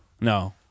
No